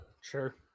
Sure